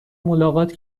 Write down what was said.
ملاقات